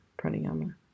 pranayama